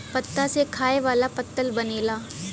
पत्ता से खाए वाला पत्तल बनेला